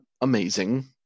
amazing